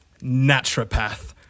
naturopath